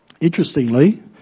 Interestingly